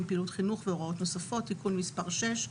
פעילות חינוך והוראות נוספות)(תיקון מס' 6),